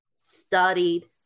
studied